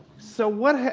so what,